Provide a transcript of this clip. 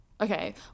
Okay